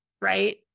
right